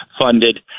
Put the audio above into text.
funded